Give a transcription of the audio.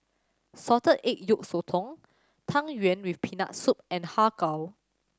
Salted Egg Yolk Sotong Tang Yuen with Peanut Soup and Har Kow